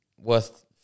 worth